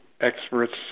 Experts